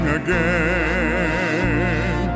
again